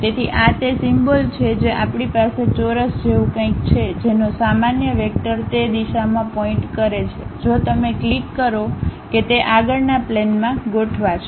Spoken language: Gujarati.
તેથી આ તે સિમ્બોલ છે જે આપણી પાસે ચોરસ જેવું કંઈક છે જેનો સામાન્ય વેક્ટર તે દિશામાં પોઇન્ટ કરે છે જો તમે ક્લિક કરો કે તે આગળના પ્લેનમાં ગોઠવાશે